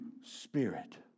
spirit